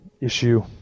issue